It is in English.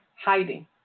Hiding